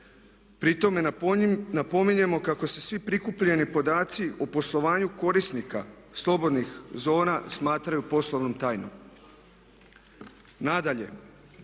Pri tome napominjemo kako se svi prikupljeni podaci o poslovanju korisnika slobodnih zona smatraju poslovnom tajnom. Nadalje